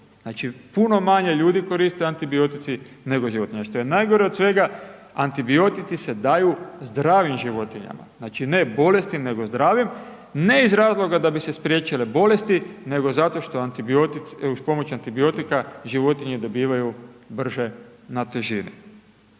Znači puno manje ljudi koristi antibiotike nego životinja. A što je najgore od svega antibiotici se daju zdravim životinjama, znači ne bolesnim nego zdravim, ne iz razloga da bi se spriječile bolesti nego zato što uz pomoć antibiotika životinje dobivaju brže na težini.